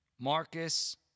Marcus